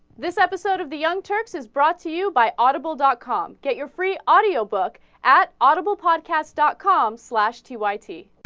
this episode of the young turks is brought to you by audible dot com get your free audiobook at audible podcast dot com slash t y t